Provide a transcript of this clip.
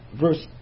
verse